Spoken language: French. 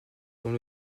dont